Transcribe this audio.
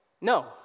No